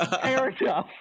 Erica